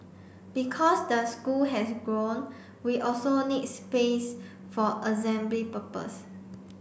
because the school has grown we also need space for assembly purpose